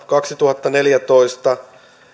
kaksituhattaneljätoista